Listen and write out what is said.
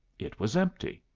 it was empty.